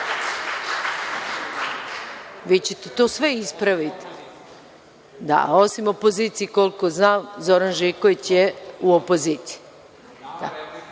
Vi ćete to sve ispraviti. Da, osim opozicije, koliko znam, Zoran Živković je u opoziciji.(Saša